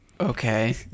Okay